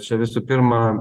čia visų pirma